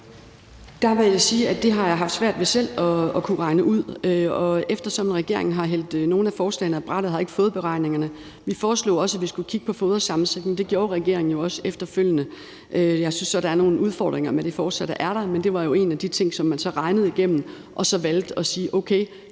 selv har haft svært ved at kunne regne ud, og eftersom regeringen har hældt nogle af forslagene ned ad brættet, har jeg ikke fået beregningerne. Vi foreslog også, at vi skulle kigge på fodersammensætningen, og det gjorde regeringen jo også efterfølgende. Jeg synes så, at der er nogle udfordringer med det forslag, der er der, men det var jo en af de ting, som man så regnede igennem, og hvor man så valgte at sige, at okay,